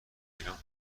تلگرام